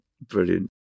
Brilliant